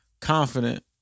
Confident